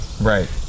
Right